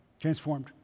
Transformed